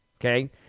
okay